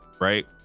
Right